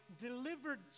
delivered